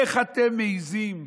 איך אתם מעיזים?